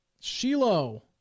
Shiloh